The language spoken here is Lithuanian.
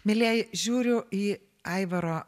mielieji žiūriu į aivaro